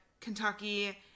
Kentucky